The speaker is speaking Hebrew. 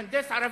מהנדס ערבי,